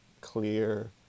clear